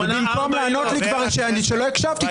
ובמקום לענות לי שלא הקשבתי,